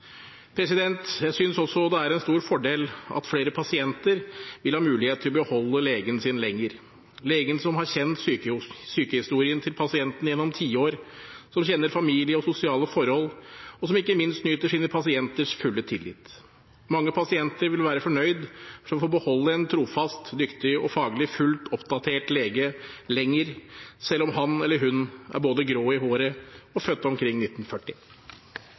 utgjør. Jeg synes også det er en stor fordel at flere pasienter vil ha mulighet til å beholde legen sin lenger, legen som har kjent sykehistorien til pasienten gjennom tiår, som kjenner familieforhold og sosiale forhold – og som ikke minst nyter sine pasienters fulle tillit. Mange pasienter vil være fornøyd med å få beholde en trofast, dyktig og faglig fullt oppdatert lege lenger, selv om han eller hun er både grå i håret og født omkring 1940.